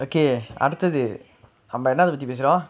okay அடுத்துது நம்ம என்னாத்த பத்தி பேசுரோ:adthuthu namma ennaatha pathi pesuro